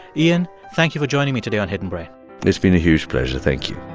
iain, thank you for joining me today on hidden brain it's been a huge pleasure. thank you